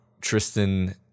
Tristan